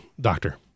doctor